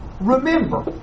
Remember